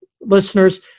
listeners